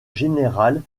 général